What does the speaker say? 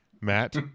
Matt